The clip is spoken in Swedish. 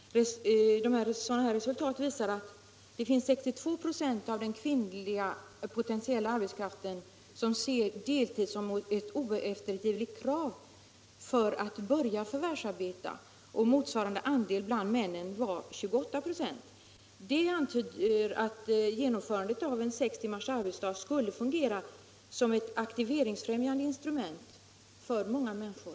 Resultaten av de gjorda undersökningarna visar att 62 96 av den kvinnliga potentiella arbetskraften anger att deltid är ett oeftergivligt krav för att de skall kunna börja förvärvsarbeta, medan motsva rande andel bland männen är 28 96. Dessa siffror antyder att genomförandet av sex timmars arbetsdag skulle fungera som ett aktiviteringsfrämjande instrument för många människor.